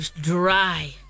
dry